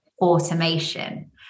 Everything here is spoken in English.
automation